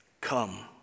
Come